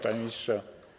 Panie Ministrze!